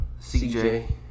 CJ